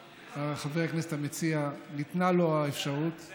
חבר הכנסת המציע, ניתנה לו האפשרות, כן.